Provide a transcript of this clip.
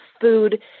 food